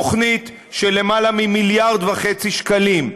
תוכנית של יותר ממיליארד וחצי שקלים,